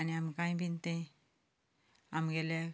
आनी आमकांय बीन तें आमगेल्या